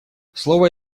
слово